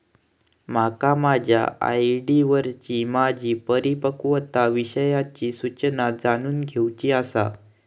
माका माझ्या आर.डी वरची माझी परिपक्वता विषयची सूचना जाणून घेवुची आसा